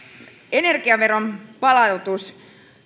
energiaveron